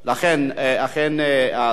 הצעת